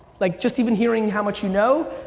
like just even hearing how much you know,